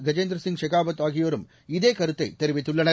கஜேந்திரசிங் ஷெகாவத் ஆகியோரும் இதே கருத்தை தெரிவித்துள்ளனர்